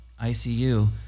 ICU